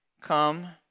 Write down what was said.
come